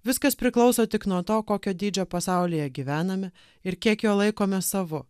viskas priklauso tik nuo to kokio dydžio pasaulyje gyvename ir kiek jo laikome savu